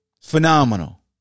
phenomenal